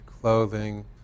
clothing